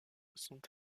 sont